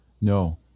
No